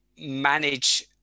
manage